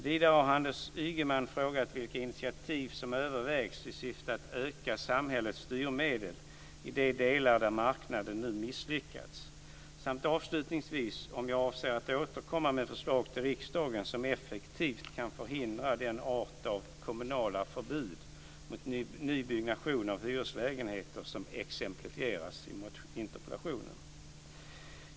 Vidare har Anders Ygeman frågat vilka initiativ som övervägs i syfte att öka samhällets styrmedel i de delar där marknaden nu misslyckats samt avslutningsvis om jag avser att återkomma med förslag till riksdagen som effektivt kan förhindra den art av kommunala "förbud" mot nybyggnation av hyreslägenheter som exemplifieras i interpellationen.